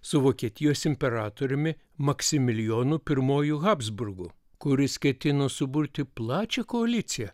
su vokietijos imperatoriumi maksimilijonu pirmuoju habsburgu kuris ketino suburti plačią koaliciją